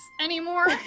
anymore